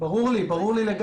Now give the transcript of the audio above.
ברור לי לגמרי.